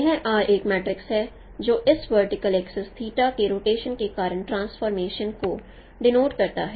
यह R एक matrix है l जो इस वर्टिकल एक्सिस के रोटेशन के कारण ट्रांसफॉर्मेशन को डीनोट करता है